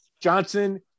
Johnson